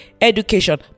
education